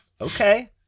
Okay